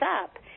up